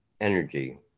energy